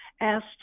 asked